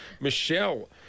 Michelle